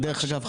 דרך אגב,